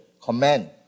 command